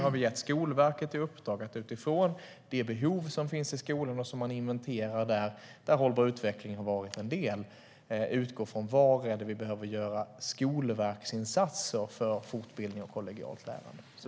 Skolverket har fått i uppdrag att utifrån de behov som finns i skolorna som har inventerats där, där hållbar utveckling har varit en del, komma fram till vilka insatser Skolverket behöver göra för fortbildning och kollegialt lärande.